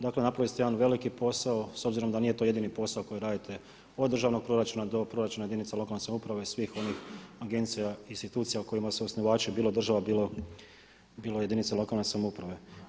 Dakle, napravili ste jedan veliki posao s obzirom da nije to jedini posao koji radite od državnog proračuna do proračuna jedinica lokalne samouprave i svih onih agencija i institucija kojima su osnivači bilo država bilo jedinica lokalne samouprave.